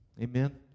amen